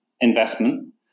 investment